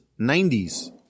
90s